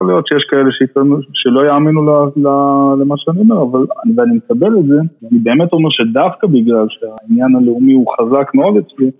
יכול להיות שיש כאלה שיטענו שלא יאמינו למה שאני אומר, אבל אני מקבל את זה ואני באמת אומר שדווקא בגלל שהעניין הלאומי הוא חזק מאוד אצלי